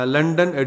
London